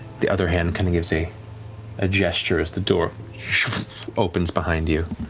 the other hand kind of gives a ah gesture as the door opens behind you.